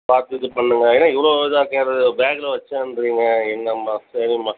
பார்த்து இது பண்ணுங்கள் என்ன இவ்வளோ இதாக பேக்கில் வச்சேன்ட்றிங்க என்னம்மா சரிம்மா